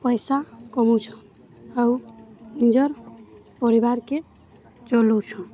ପଇସା କମଉଛନ୍ ଆଉ ନିଜର ପରିବାରକେ ଚଲଉଛନ୍